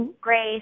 Grace